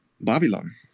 Babylon